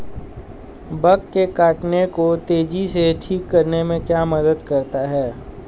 Bug के काटने को तेजी से ठीक करने में क्या मदद करता है?